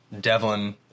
Devlin